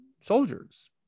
soldiers